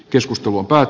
keskusteluoppaat